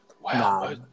Wow